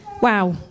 Wow